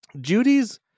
Judy's